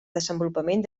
desenvolupament